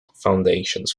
foundations